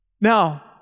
Now